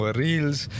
reels